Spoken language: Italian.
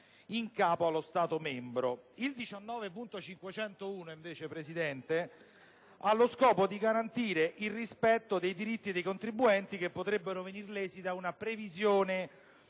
19.501, signora Presidente, è volto a garantire il rispetto dei diritti dei contribuenti che potrebbero essere lesi da una previsione